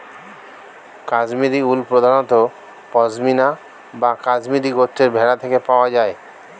Kashmiri wool প্রধানত পশমিনা বা কাশ্মীরি গোত্রের ভেড়া থেকে পাওয়া যায়